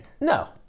No